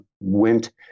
went